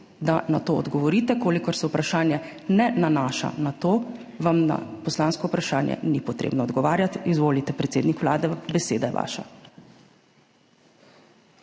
da na to odgovorite. Če se vprašanje ne nanaša na to, vam na poslansko vprašanje ni potrebno odgovarjati. Izvolite, predsednik Vlade, beseda je vaša.